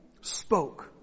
spoke